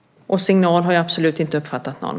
Signal har jag absolut inte uppfattat någon.